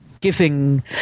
giving